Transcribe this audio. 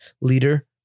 leader